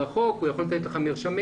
הוא יכול לתת לך מרשמים,